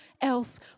else